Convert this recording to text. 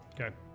Okay